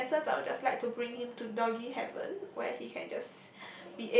in access I'll just like to bring him to Doggy Heaven where he can just